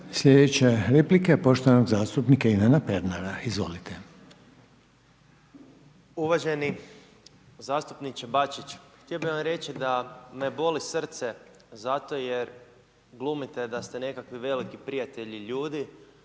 Slijedeća replika je poštovanog zastupnika Ivana Pernara, izvolite. **Pernar, Ivan (Živi zid)** Uvaženi zastupnike Bačić, htio bih vam reći da me boli srce zato jer glumite da se nekakvi veliki prijatelji ljudi,